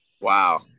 Wow